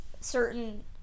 certain